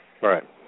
Right